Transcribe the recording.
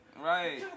Right